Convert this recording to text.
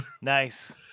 Nice